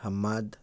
Hammad